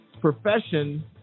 profession